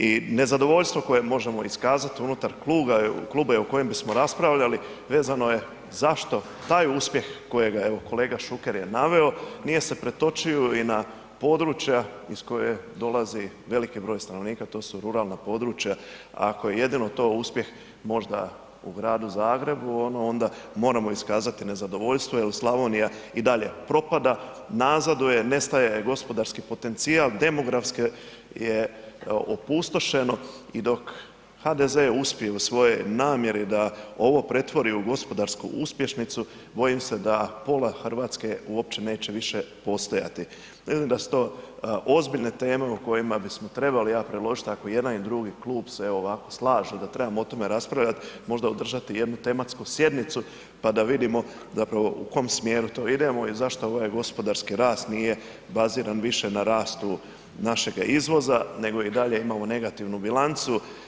I nezadovoljstvo koje možemo iskazati unutar kluba i o kojem bismo raspravljali, vezano je zašto taj uspjeh kojega, evo, kolega Šuker je naveo, nije se pretočio i na područja iz koje dolazi veliki broj stanovnika, to su ruralna područja, ako jedino to uspjeh, možda u Gradu Zagrebu, ono onda moramo iskazati nezadovoljstvo jer Slavonija i dalje propada, nazaduje, nestaje gospodarski potencijal, demografski je opustošeno i dok HDZ uspije u svojoj namjeri da ovo pretvori u gospodarsku uspješnicu, bojim se da pola Hrvatske uopće neće više postojati, da su to ozbiljne teme o kojima bismo trebali ... ako i jedan i drugi klub se evo ovako slažu da trebamo o tome raspravljati, možda održati jednu tematsku sjednicu pa da vidimo zapravo u kom smjeru to ide i zašto ovaj gospodarski rast nije baziran više na rastu našega izvoza nego i dalje imamo negativnu bilancu.